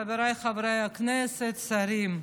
חבריי חברי הכנסת, השרים,